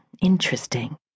interesting